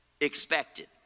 expected